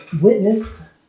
witnessed